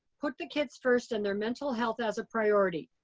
put the kids first and their mental health as a priority.